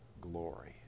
Glory